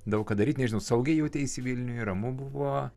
daug ką daryti nežinau saugiai jauteisi vilniuj ramu buvo